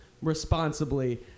responsibly